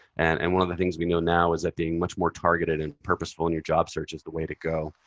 and and one of the things we know now is that being much more targeted and purposeful in your job search is the way to go.